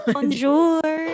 Bonjour